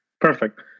Perfect